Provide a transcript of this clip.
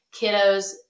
kiddos